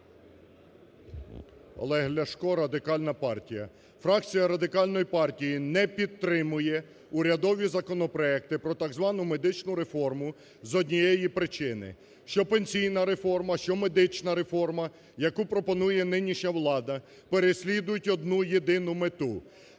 Олег Ляшко, Радикальна партія. Фракція Радикальної партії не підтримує урядові законопроекти про так звану медичну реформу з однієї причини, що пенсійна реформа, що медична реформа, яку пропонує нинішня влада, переслідують одну-єдину мету: